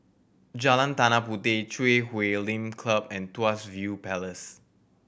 Jalan Tanah Puteh Chui Huay Lim Club and Tuas View Palace